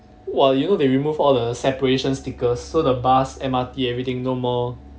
!wah! you know they remove all the separation stickers so the bus M_R_T everything no more